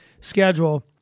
schedule